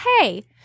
hey